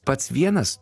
pats vienas